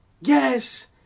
yes